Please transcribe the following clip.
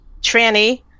tranny